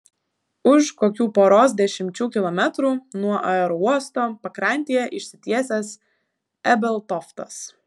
už kokių poros dešimčių kilometrų nuo aerouosto pakrantėje išsitiesęs ebeltoftas